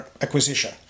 acquisition